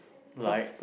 like